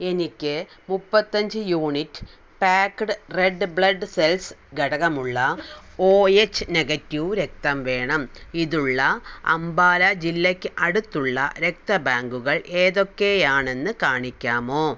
എനിക്ക് മുപ്പത്തഞ്ച് unit packed red blood cells ഘടകമുള്ള ഒ എച്ച് നെഗറ്റീവ് രക്തം വേണം ഇതുള്ള അംബാല ജില്ലയ്ക്ക് അടുത്തുള്ള രക്തബാങ്കുകൾ ഏതൊക്കെയാണെന്ന് കാണിക്കാമോ